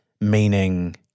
meaning